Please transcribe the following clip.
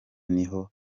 niho